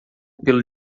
pelo